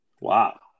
Wow